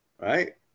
right